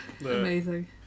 Amazing